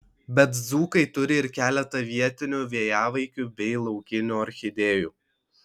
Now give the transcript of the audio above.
bet dzūkai turi ir keletą vietinių vėjavaikių bei laukinių orchidėjų